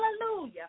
hallelujah